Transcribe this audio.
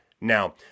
now